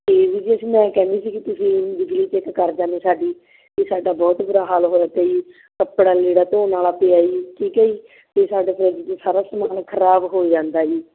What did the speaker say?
ਅਤੇ ਵੀਰ ਜੀ ਅਸੀਂ ਮੈਂ ਕਹਿੰਦੀ ਸੀ ਕਿ ਤੁਸੀਂ ਬਿਜਲੀ ਚੈੱਕ ਕਰ ਜਾਂਦੇ ਸਾਡੀ ਕਿ ਸਾਡਾ ਬਹੁਤ ਬੁਰਾ ਹਾਲ ਹੋਇਆ ਪਿਆ ਜੀ ਕੱਪੜਾ ਲੀੜਾ ਧੋਣ ਵਾਲਾ ਪਿਆ ਜੀ ਠੀਕ ਹੈ ਜੀ ਤੇ ਸਾਡਾ ਫਰਿੱਜ ਦਾ ਸਾਰਾ ਸਮਾਨ ਖ਼ਰਾਬ ਹੋਈ ਜਾਂਦਾ ਜੀ